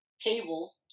Cable